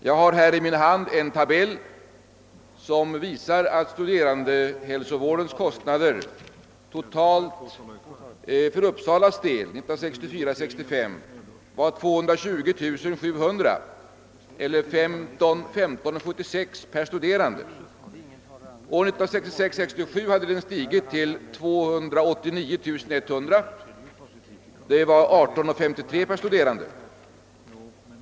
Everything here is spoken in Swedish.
Jag har i min hand en tabell som visar att studerandehälsovårdens kostnader för Uppsalas del under budgetåret 1964 67 hade kostnaderna stigit till 289 100 kronor eller kronor 18:53 per studerande.